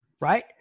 right